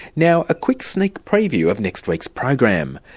now a quick sneak preview of next week's program.